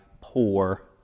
poor